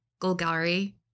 Golgari